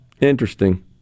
interesting